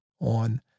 on